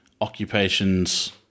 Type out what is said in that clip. occupations